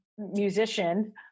musician